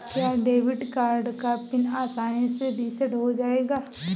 क्या debit card का pin आसानी से रीसेट हो जाएगा?